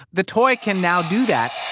the toy can now do that